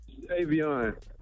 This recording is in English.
Avion